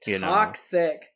Toxic